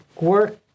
work